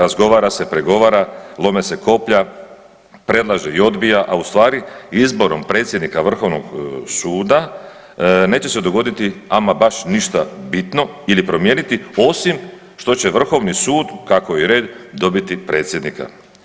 Razgovara se, pregovara, lome se koplja, predlaže i odbija, a ustvari izborom predsjednika Vrhovnog suda neće se dogoditi ama baš ništa bitno ili promijeniti, osim što će Vrhovni sud, kako je i red, dobiti predsjednika.